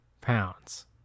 pounds